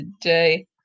today